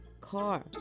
car